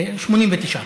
89%,